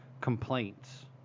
complaints